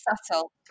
subtle